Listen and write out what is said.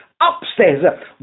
upstairs